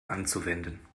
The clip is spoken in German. anzuwenden